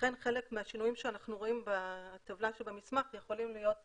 לכן חלק מהשינויים שאנחנו רואים בטבלה שבמסמך יכולים להיות אקראיים.